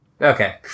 Okay